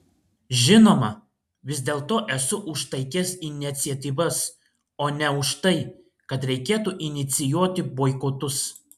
žinoma vis dėlto esu už taikias iniciatyvas o ne už tai kad reikėtų inicijuoti boikotus